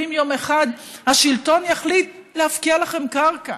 ואם יום אחד השלטון יחליט להפקיע לכם קרקע